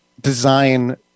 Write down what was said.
design